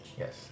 Yes